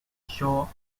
show